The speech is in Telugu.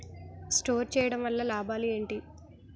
స్టోర్ చేయడం వల్ల లాభాలు ఏంటి?